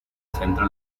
centro